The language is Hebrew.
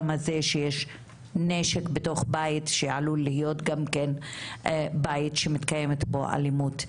הזה שיש נשק בתוך בית שעלול להיות גם כן בית שמתקיימת בו אלימות.